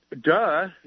duh